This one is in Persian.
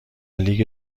لیگ